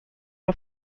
are